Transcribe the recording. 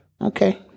Okay